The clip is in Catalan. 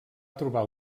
trobar